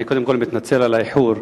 אני קודם כול מתנצל על האיחור.